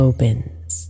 Opens